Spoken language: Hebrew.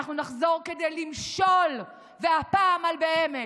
ואנחנו נחזור כדי למשול, והפעם על באמת.